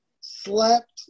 slept